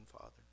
Father